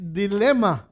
dilemma